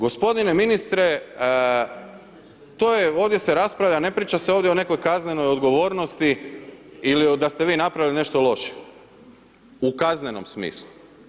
Gospodine ministre to je, ovdje se raspravlja, ne priča se ovdje o nekoj kaznenoj odgovornosti ili da ste vi napravili nešto loše u kaznenom smislu.